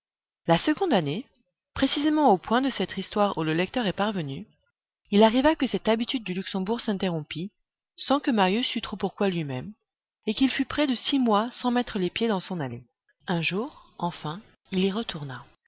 la seconde année précisément au point de cette histoire où le lecteur est parvenu il arriva que cette habitude du luxembourg s'interrompit sans que marius sût trop pourquoi lui-même et qu'il fut près de six mois sans mettre les pieds dans son allée un jour enfin il y retourna